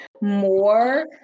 more